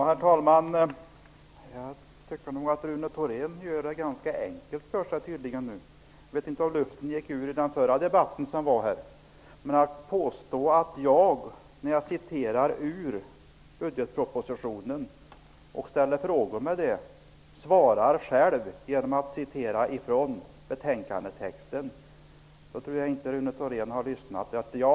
Herr talman! Jag tycker nog att Rune Thorén gör det ganska enkelt för sig -- jag vet inte om luften gick ur honom i den förra debatten. Rune Thorén påstår att jag, när jag citerar ur budgetpropositionen och ställer frågor omkring det, själv svarar på mina frågor. Jag tror inte att Rune Thorén har lyssnat på det jag har sagt.